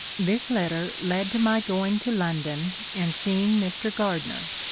this letter led to my going to london and seeing mr. gardner,